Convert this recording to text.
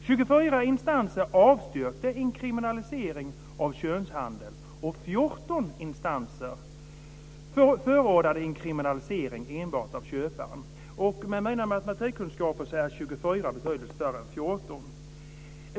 24 instanser avstyrkte en kriminalisering av könshandeln och 14 instanser förordade en kriminalisering enbart av köparen. Med mina matematikkunskaper är 24 betydligt fler än 14.